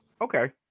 Okay